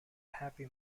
happy